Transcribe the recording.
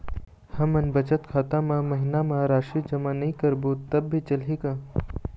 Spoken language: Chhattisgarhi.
हमन बचत खाता मा महीना मा राशि जमा नई करबो तब भी चलही का?